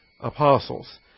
apostles